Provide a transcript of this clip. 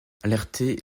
alertés